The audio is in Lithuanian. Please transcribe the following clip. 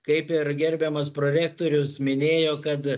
kaip ir gerbiamas prorektorius minėjo kad